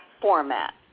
format